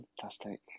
Fantastic